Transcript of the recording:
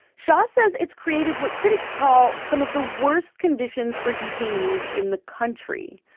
shah said, it's created what critics call some of the worst conditions for detainees in the country.